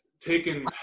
taken